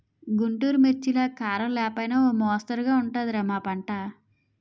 గుంటూరు మిర్చిలాగా కారం లేకపోయినా ఓ మొస్తరుగా ఉంటది రా మా పంట